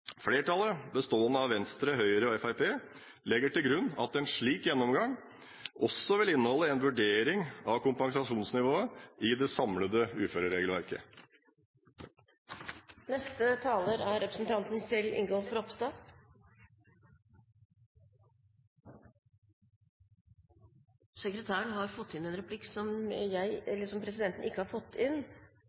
Flertallet, bestående av Venstre, Høyre og Fremskrittspartiet, legger til grunn at en slik gjennomgang også vil inneholde en vurdering av kompensasjonsnivået i det samlede uføreregelverket. Det åpnes for replikkordskifte. Siden Fremskrittspartiet ofret en replikk på meg, får jeg vel gi en tilbake. Representanten startet innlegget sitt med å si at det ikke